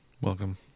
Welcome